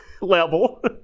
level